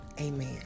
Amen